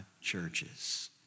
churches